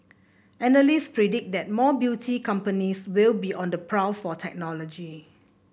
analysts predict that more beauty companies will be on the prowl for technology